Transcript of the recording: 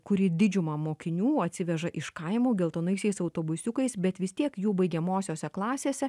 kuri didžiumą mokinių atsiveža iš kaimų geltonaisiais autobusiukais bet vis tiek jų baigiamosiose klasėse